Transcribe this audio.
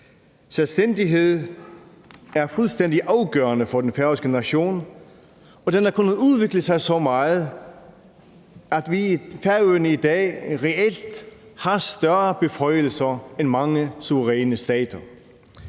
Selvstændighed er fuldstændig afgørende for den færøske nation, og den har kunnet udvikle sig så meget, at Færøerne i dag reelt har større beføjelser end mange suveræne stater.